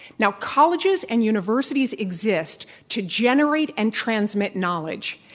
now, colleges and universities exist to generate and transmit knowledge.